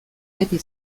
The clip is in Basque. beti